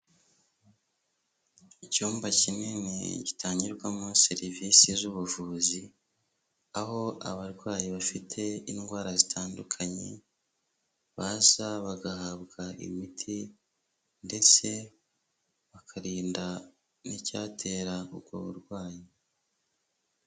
Icyumba kinini gitangirwamo serivisi z'ubuvuzi ,aho abarwayi bafite indwara zitandukanye, baza bagahabwa imiti ndetse bakarinda n'icyatera ubwo burwayi.